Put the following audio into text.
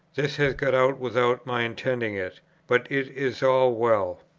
this has got out without my intending it but it is all well.